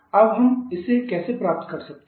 अब हम इसे कैसे प्राप्त कर सकते हैं